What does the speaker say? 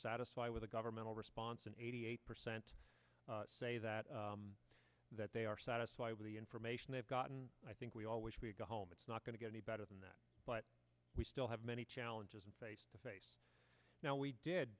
satisfied with the governmental response and eighty eight percent say that that they are satisfied with the information they've gotten i think we always go home it's not going to get any better than that but we still have many challenges and face to face now we did